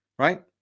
right